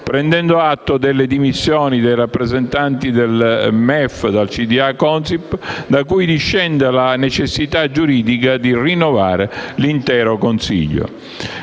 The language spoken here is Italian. prendendo atto delle dimissioni dei rappresentanti del MEF dal consiglio di amministrazione Consip, da cui discende la necessità giuridica di rinnovare l'intero consiglio.